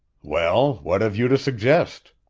well, what have you to suggest?